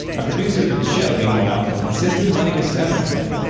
a producer for the show, meanwhile, insisted the money was severance pay.